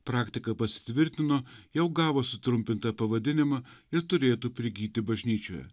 praktika pasitvirtino jau gavo sutrumpintą pavadinimą ir turėtų prigyti bažnyčioje